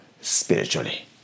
spiritually